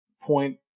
point